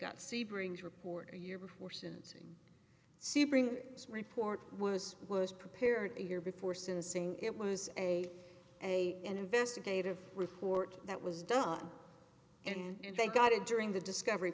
c brings report a year before sentencing sebring report was was prepared a year before syncing it was a a an investigative report that was done and they got it during the discovery